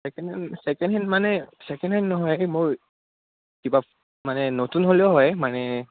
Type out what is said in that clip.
second hand second hand মানে second hand নহয় এই মোৰ কিবা মানে নতুন হ'লেও হয় মানে